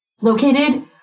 located